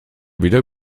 wieder